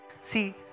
See